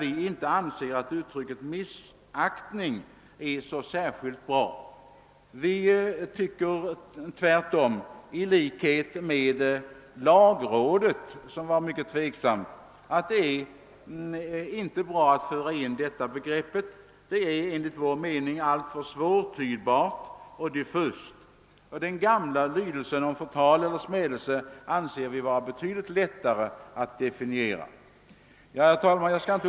Vi anser inte att uttrycket »missaktning» är särskilt bra, och i likhet med lagrådet, som ställde sig mycket tveksamt, tycker vi inte att detta begrepp skall föras in i lagen. Det är enligt vår mening alltför svårtydbart och diffust. Den gamla lydelsen »»förtal eller smädelse> anser vi vara betydligt lättare att definiera. Herr talman!